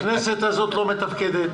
הכנסת הזאת לא מתפקדת